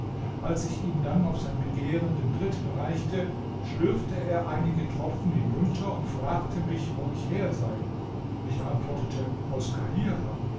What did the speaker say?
als ich ihm dann auf sein begehren den dritten reichte schlürfte er einige tropfen hinunter und fragte mich wo ich her sei ich antwortete aus